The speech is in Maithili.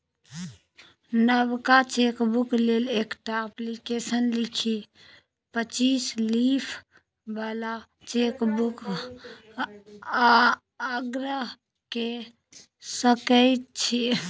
नबका चेकबुक लेल एकटा अप्लीकेशन लिखि पच्चीस लीफ बला चेकबुकक आग्रह कए सकै छी